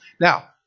Now